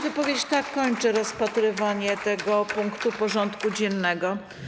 Wypowiedź ta kończy rozpatrywanie tego punktu porządku dziennego.